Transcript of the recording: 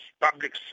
public